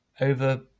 over